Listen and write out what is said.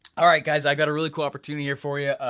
alright guys, i got a really cool opportunity here for you.